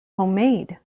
homemade